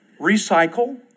Recycle